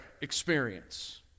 experience